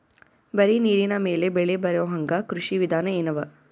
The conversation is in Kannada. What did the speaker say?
ಬರೀ ನೀರಿನ ಮೇಲೆ ಬೆಳಿ ಬರೊಹಂಗ ಕೃಷಿ ವಿಧಾನ ಎನವ?